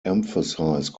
emphasize